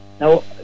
Now